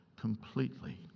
completely